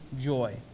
joy